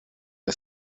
the